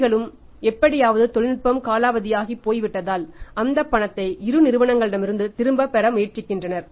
வங்கிகளும் எப்படியாவது தொழில்நுட்பம் காலாவதியாகிப் போய்விட்டதால் அந்த பணத்தை இரு நிறுவனங்களிடமிருந்து திரும்பப் பெற முயற்சிக்கின்றனர்